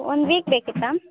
ಒಂದು ವೀಕ್ ಬೇಕಿತ್ತಾ